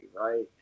right